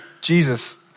Jesus